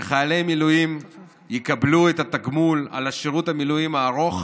וחיילי המילואים יקבלו את התגמול על שירות המילואים הארוך,